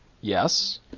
yes